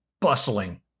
bustling